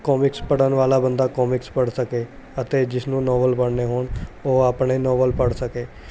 comics ਪੜ੍ਹਨ ਵਾਲਾ ਬੰਦਾ ਕੌਮਿਕਸ ਪੜ੍ਹ ਸਕੇ ਅਤੇ ਜਿਸ ਨੂੰ ਨੋਵਲ ਪੜ੍ਹਨੇ ਹੋਣ ਉਹ ਆਪਣੇ ਨੋਵਲ ਪੜ੍ਹ ਸਕੇ